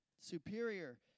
Superior